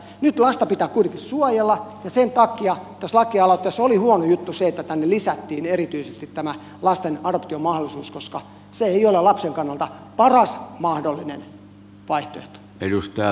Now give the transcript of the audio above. lasta pitää kuitenkin suojella ja sen takia tässä lakialoitteessa oli huono juttu se että tänne lisättiin erityisesti tämä lasten adoptiomahdollisuus koska se ei ole lapsen kannalta paras mahdollinen vaihtoehto